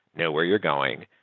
know where you're going,